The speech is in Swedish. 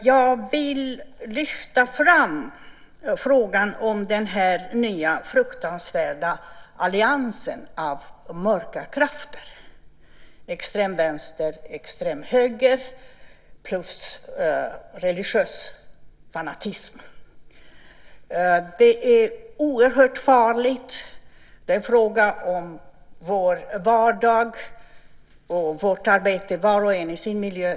Jag vill lyfta fram frågan om den här nya, fruktansvärda alliansen av mörka krafter - extremvänster, extremhöger plus religiös fanatism. Detta är oerhört farligt. Det är fråga om vår vardag och vårt arbete var och en i sin miljö.